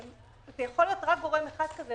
יכול להיות רק גורם אחד כזה.